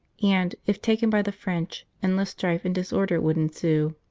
and, if taken by the french, endless strife and disorder would ensue.